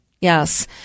yes